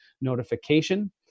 notification